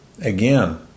again